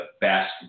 best